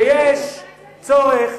שצריך